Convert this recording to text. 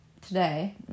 today